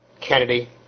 Kennedy